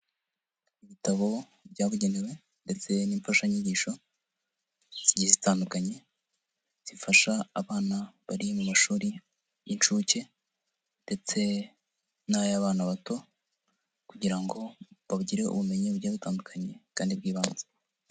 Ibitabo byabugenewe ndetse n'imfashanyigisho zigiye zitandukanye, zifasha abana bari mu mashuri y'incuke ndetse n'ay'abana bato kugira ngo bagire ubumenyi bugiye butandukanye kandi bw'ibanze.